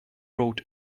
road